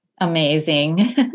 amazing